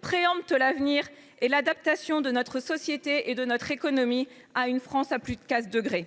préempte l’avenir et l’adaptation de notre économie et de notre société à une France à +4°C.